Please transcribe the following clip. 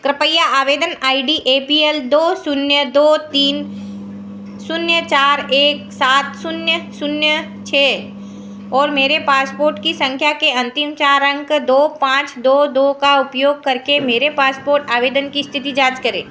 कृपया आवेदन I D A P L दो शून्य दो तीन शून्य चार एक सात शून्य शून्य छह और मेरे पासपोर्ट की सँख्या के अन्तिम चार अंक दो पाँच दो दो का उपयोग करके मेरे पासपोर्ट आवेदन की इस्थिति जाँच करें